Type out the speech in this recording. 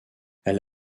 elle